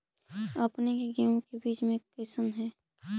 अपने के गेहूं के बीज कैसन है?